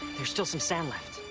there's still some sand left.